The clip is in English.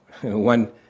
one